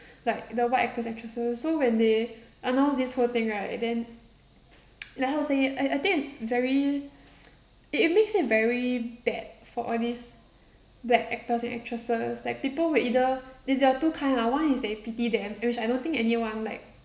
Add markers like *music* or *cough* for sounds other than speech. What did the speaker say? like the white actors actresses so when they announce this whole thing right then *noise* like how to say I I think it's very it it makes it very bad for all these black actors and actresses like people will either there there are two kind lah one is they pity them which I don't think anyone like